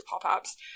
pop-ups